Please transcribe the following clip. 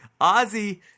Ozzy